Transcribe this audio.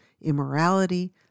immorality